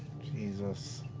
jesus.